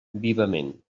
vivament